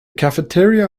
cafeteria